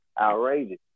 outrageous